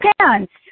pants